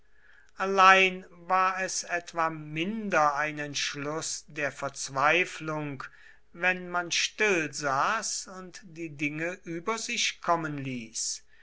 allein war es etwa minder ein entschluß der verzweiflung wenn man stillsaß und die dinge über sich kommen ließ